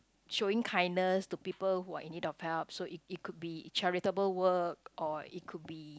showing kindness to people who are in need of help so it it could be charitable work or it could be